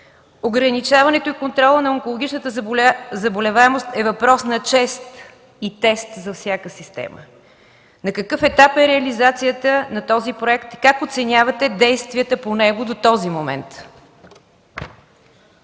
ограничаването и контролът на онкологичната заболеваемост е въпрос на чест и тест за всяка система. На какъв етап е реализацията на този проект? Как оценявате действията по него до този момент?